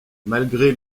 malgré